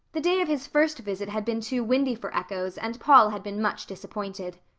the day of his first visit had been too windy for echoes and paul had been much disappointed.